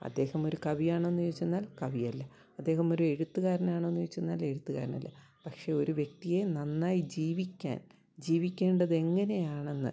അദ്ദേഹം ഒരു കവി ആണോ എന്ന് ചോദിച്ചെന്നാൽ കവി അല്ല അദ്ദേഹം ഒരു എഴുത്തുകാരനാണോ എന്ന് ചോദിച്ചെന്നാൽ എഴുത്തുകാരനല്ല പക്ഷേ ഒരു വ്യക്തിയെ നന്നായി ജീവിക്കാൻ ജീവിക്കേണ്ടത് എങ്ങനെയാണെന്ന്